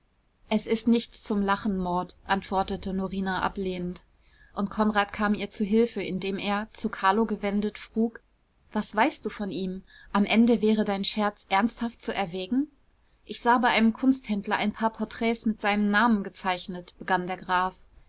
es ist nichts zum lachen maud antwortete norina ablehnend und konrad kam ihr zu hilfe indem er zu carlo gewendet frug was weißt du von ihm am ende wäre dein scherz ernsthaft zu erwägen ich sah bei einem kunsthändler ein paar porträts mit seinem namen gezeichnet begann der graf